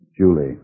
Julie